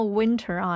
winter